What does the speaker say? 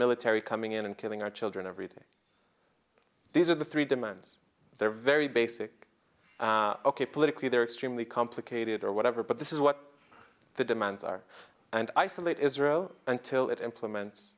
military coming in and killing our children every day these are the three demands they're very basic ok politically they're extremely complicated or whatever but this is what the demands are and isolate israel until it implements